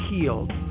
healed